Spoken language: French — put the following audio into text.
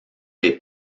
des